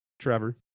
Trevor